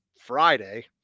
Friday